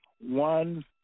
one